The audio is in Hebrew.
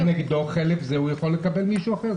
כנגדו, חלף זה, הוא יכול לקבל מישהו אחר.